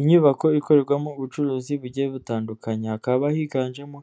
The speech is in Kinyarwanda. Inyubako ikorerwamo ubucuruzi bugiye butandukanye, hakaba higanjemo